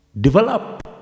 develop